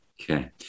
Okay